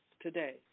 today